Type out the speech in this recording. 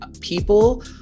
people